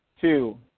two